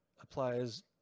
applies